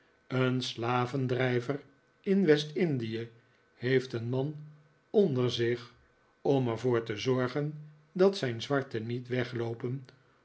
een slavendrijver in west-indie heeft een man onder zich om er voor te zorgen dat zijn zwarten niet wegloopen